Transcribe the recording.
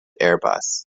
airbus